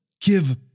give